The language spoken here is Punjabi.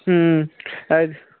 ਹੂੰ ਐ